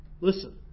listen